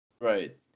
Right